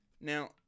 Now